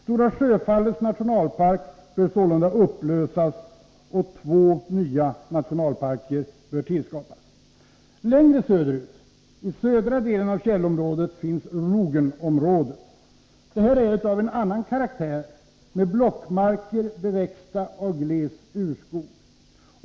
Stora Sjöfallets nationalpark bör sålunda upplösas och två nya nationalparker tillskapas. Längre söderut, i den södra delen av fjällvärlden, ligger Rogenområdet. Det är av annan karaktär, med blockmarker beväxta av gles urskog.